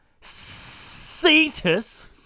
Cetus